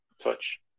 touch